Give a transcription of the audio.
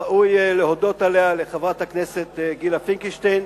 ראוי להודות עליה לחברת הכנסת גילה פינקלשטיין,